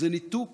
זה ניתוק